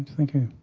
thank you.